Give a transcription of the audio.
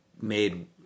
made